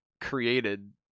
created